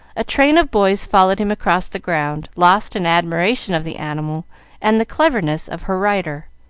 a train of boys followed him across the ground, lost in admiration of the animal and the cleverness of her rider.